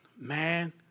Man